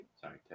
Sorry